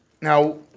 now